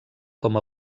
com